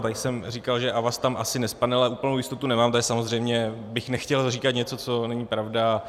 Tady jsem říkal, že Avast tam asi nespadne, ale úplnou jistotu nemám, tak samozřejmě bych nechtěl říkat něco, co není pravda.